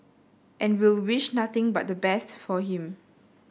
and we'll wish nothing but the best for him